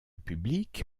publique